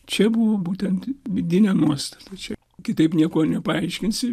čia buvo būtent vidinė nuostata čia kitaip nieko nepaaiškinsi